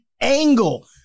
angle